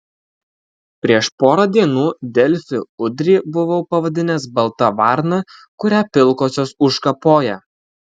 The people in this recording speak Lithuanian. prieš porą dienų delfi udrį buvau pavadinęs balta varna kurią pilkosios užkapoja